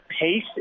pace